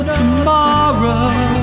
tomorrow